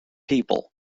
people